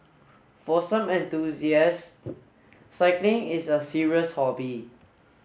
for some enthusiasts cycling is a serious hobby